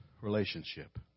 relationship